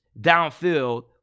downfield